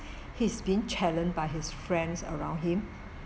he is being challenged by his friends around him